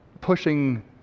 pushing